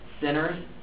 sinner's